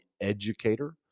educator